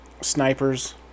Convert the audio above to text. snipers